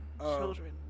children